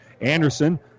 Anderson